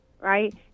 Right